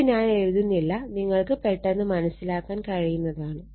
ഇത് ഞാൻ എഴുതുന്നില്ല നിങ്ങൾക്ക് പെട്ടെന്ന് മനസിലാക്കാൻ കഴിയുന്നതാണ്